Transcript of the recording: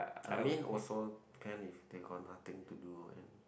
I mean also can be they got nothing to do and